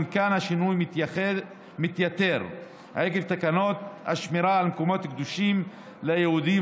גם כאן השינוי מתייתר עקב תקנות השמירה על המקומות הקדושים ליהודים,